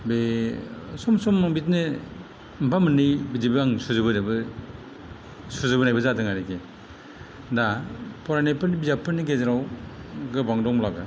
बे सम सम बिदिनो मोनफा मोननै बिदिबो आं सुजुबोनोबो सुजुबोनायबो जादों आरोकि दा फरायनायफोरनि बिजाबफोरनि गेजेराव गोबां दंब्लाबो